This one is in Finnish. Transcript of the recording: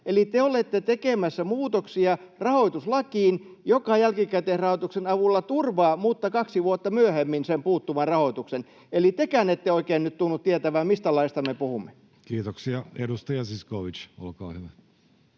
Eli te olette tekemässä muutoksia rahoituslakiin, joka jälkikäteisrahoituksen avulla turvaa — mutta kaksi vuotta myöhemmin — sen puuttuvan rahoituksen. Eli tekään ette oikein nyt tunnu tietävän, mistä laista me puhumme. [Ben Zyskowicz pyytää